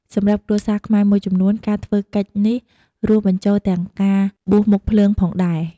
សម្រាប់គ្រួសារខ្មែរមួយចំនួន ការធ្វើកិច្ចនេះរួមបញ្ចូលទាំងការបួសមុខភ្លើងផងដែរ។